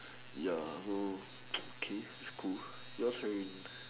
ya so okay school yours check already